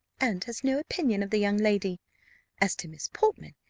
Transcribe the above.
and has no opinion of the young lady as to miss portman,